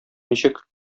ничек